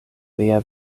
lia